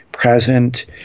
Present